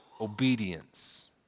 obedience